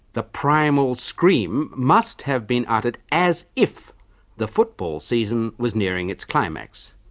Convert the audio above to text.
the primal scream must have been uttered as if the football season was nearing its climax.